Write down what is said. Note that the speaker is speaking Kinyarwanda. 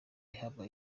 ihabwa